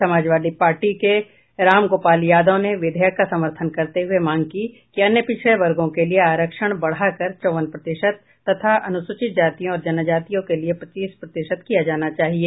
समाजवादी पार्टी के रामगोपाल यादव ने विधेयक का समर्थन करते हुए मांग की कि अन्य पिछड़े वर्गो के लिए आरक्षण बढ़ाकर चौवन प्रतिशत तथा अनुसूचित जातियों और जनजातियों के लिए पच्चीस प्रतिशत किया जाना चाहिए